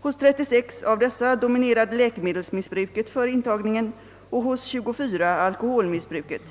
Hos 36 av dessa dominerade läkemedelsmissbruket före intagningen och hos 24 alkoholmissbruket.